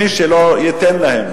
מי שלא ייתן להם,